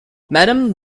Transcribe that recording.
madam